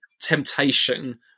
temptation